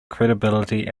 credibility